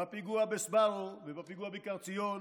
בפיגוע בסבארו ובפיגוע בכיכר ציון